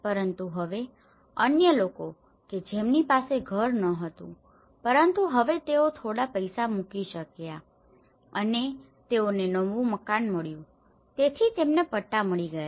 પરંતુ હવે અન્ય લોકો કે જેમની પાસે ઘર ન હતું પરંતુ હવે તેઓ થોડા પૈસા મૂકી શક્યા અને તેઓને નવું મકાન મળ્યું તેથી તેમને પટ્ટા મળી ગયા